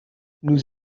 nous